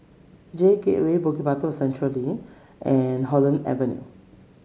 J Gateway Bukit Batok Central Link and Holland Avenue